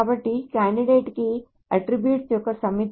కాబట్టి candidate key attributes యొక్క సమితి